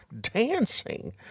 dancing